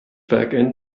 backend